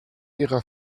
ihrer